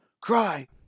cry